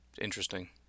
interesting